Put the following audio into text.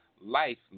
life